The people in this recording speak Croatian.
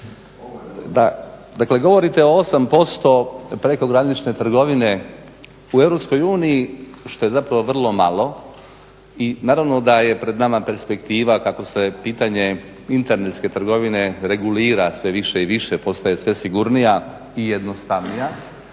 Dakle, govorite o 8% prekogranične trgovine u EU što je zapravo vrlo malo i naravno da je pred nama perspektiva kako se pitanje internetske trgovine regulira sve više i više, postaje sve više sigurnija i jednostavnija,